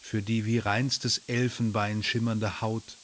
für die wie reinstes elfenbein schimmernde haut